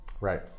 Right